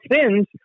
sins